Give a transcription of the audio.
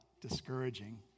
discouraging